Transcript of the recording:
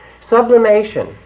Sublimation